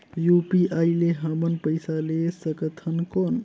UPI ले हमन पइसा ले सकथन कौन?